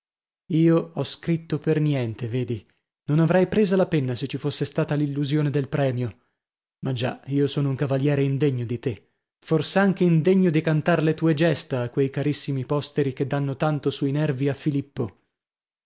io ho scritto per niente vedi non avrei presa la penna se ci fosse stata l'illusione del premio ma già io sono un cavaliere indegno di te fors'anche indegno di cantar le tue gesta a quei carissimi posteri che danno tanto sui nervi a filippo